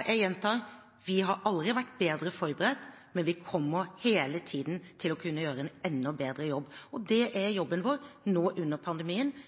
Jeg gjentar: Vi har aldri vært bedre forberedt, men vi kommer hele tiden til å kunne gjøre en enda bedre jobb. Det er jobben vår nå under pandemien,